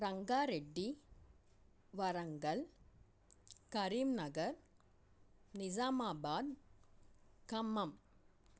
Rangareddy Warangal Karimnagar Nizamabad Khammam